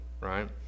right